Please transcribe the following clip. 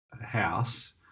house